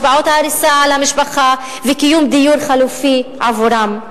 השפעות ההריסה על המשפחה וקיום דיור חלופי עבורם.